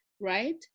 right